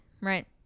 right